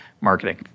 marketing